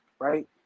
right